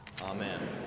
Amen